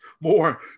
more